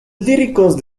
líricos